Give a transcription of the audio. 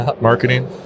marketing